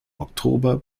oktober